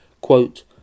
Quote